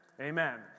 Amen